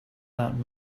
that